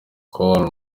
col